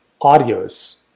audios